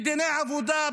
בדיני עבודה,